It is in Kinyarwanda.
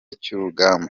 cy’urugamba